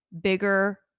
bigger